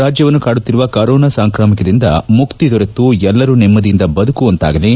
ರಾಜ್ಯವನ್ನು ಕಾಡುತ್ತಿರುವ ಕೊರೋನಾ ಸಾಂಕ್ರಾಮಿಕದಿಂದ ಮುಕ್ತಿ ದೊರೆತು ಎಲ್ಲರೂ ನೆಮ್ಮದಿಯಿಂದ ಬದುಕುವಂತಾಗಲಿ